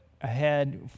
ahead